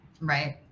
right